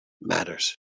matters